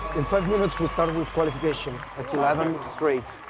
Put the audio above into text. in five minutes, we start with qualification. it's eleven, straight.